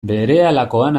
berehalakoan